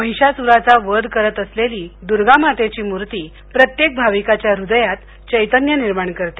महिषास्राचा वध करत असलेली दुर्गा मातेची मूर्ती प्रत्येक भाविकाच्या हुदयात चैतन्य निर्माण करते